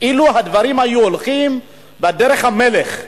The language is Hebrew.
אילו הדברים היו הולכים בדרך המלך,